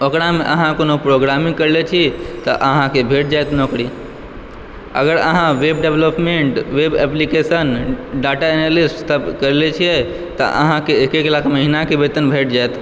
ओकरामे अहाँ कोनो प्रोग्रामिंग कयले छी तऽ अहाँ कऽ भेट जायत नौकरी अगर अहाँ web development web application data analyst केयने छियै तऽ अहाँ के एक एक लाख वेतन भेट जायत